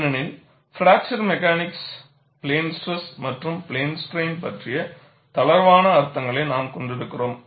ஏனெனில் fracture mechanics plane stress மற்றும் plane strain பற்றிய தளர்வான அர்த்தங்களை நாம் கொண்டிருக்கிறோம்